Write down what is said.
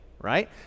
right